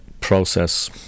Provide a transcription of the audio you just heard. process